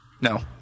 No